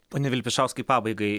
pone vilpišauskai pabaigai